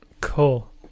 Cool